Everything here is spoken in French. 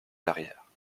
derrière